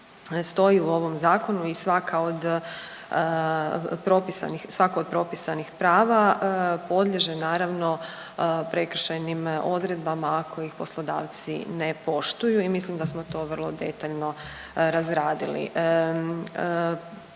svaka od propisanih, svako od propisanih prava podliježe naravno, prekršajnim odredbama ako ih poslodavci ne poštuju i mislim da smo to vrlo detaljno razradili.